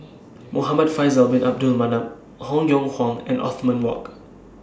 Muhamad Faisal Bin Abdul Manap Han Yong Hong and Othman Wok